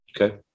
Okay